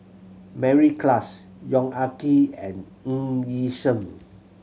Mary Klass Yong Ah Kee and Ng Yi Sheng